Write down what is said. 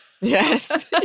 Yes